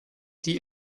die